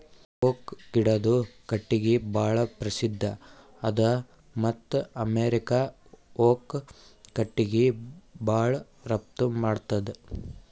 oak ಗಿಡದು ಕಟ್ಟಿಗಿ ಭಾಳ್ ಪ್ರಸಿದ್ಧ ಅದ ಮತ್ತ್ ಅಮೇರಿಕಾ ಓಕ್ ಕಟ್ಟಿಗಿ ಭಾಳ್ ರಫ್ತು ಮಾಡ್ತದ್